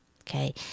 Okay